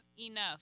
enough